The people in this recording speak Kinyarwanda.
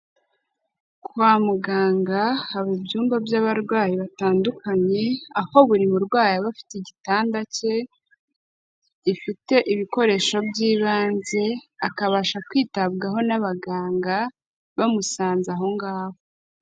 Kwa muganga haba ibyumba by'abarwayi batandukanye, aho buri murwayi aba afite igitanda cye gifite ibikoresho by'ibanze, akabasha kwitabwaho n'abaganga bamusanze aho ngaho.